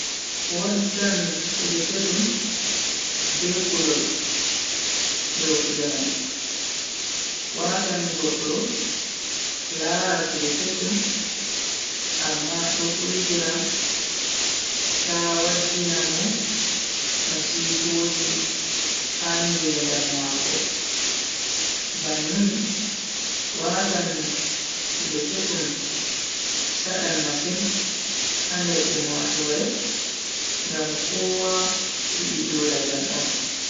Waddan kuje kesum be kulol dow kuje mai. watan goddo lara kuje kesum amma do hultira ta waddina mo masiboji ha ngedam mako. bannin watan kuje kesum sadan masin ha nder ummatoore ngam kowa yidi joda jam on.